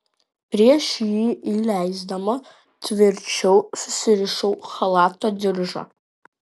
prieš jį įleisdama tvirčiau susirišau chalato diržą